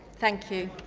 thank you.